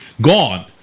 gone